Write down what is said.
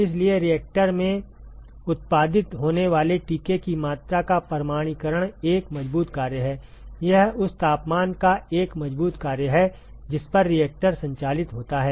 इसलिए रिएक्टर में उत्पादित होने वाले टीके की मात्रा का परिमाणीकरण एक मजबूत कार्य है यह उस तापमान का एक मजबूत कार्य है जिस पर रिएक्टर संचालित होता है